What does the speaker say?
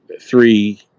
three